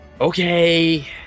okay